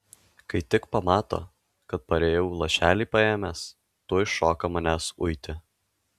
kai tik pamato kad parėjau lašelį paėmęs tuoj šoka manęs uiti